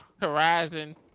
Horizon